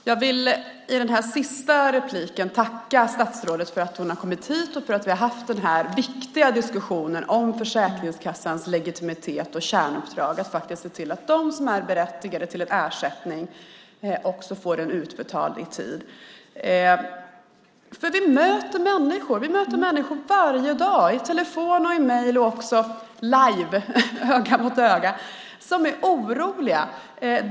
Fru talman! Jag vill i det sista inlägget tacka statsrådet för att hon har kommit hit och för att vi har haft den här viktiga diskussionen om Försäkringskassans legitimitet och kärnuppdrag, att se till att de som är berättigade till en ersättning också får den utbetald i tid. Vi möter människor varje dag, i telefon, genom mejl och också live, öga mot öga, som är oroliga.